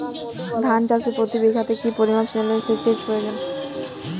ধান চাষে প্রতি বিঘাতে কি পরিমান সেচের প্রয়োজন?